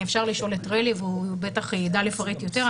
אפשר לשאול את רלי, והוא בטח יידע לפרט יותר.